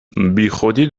بیخودی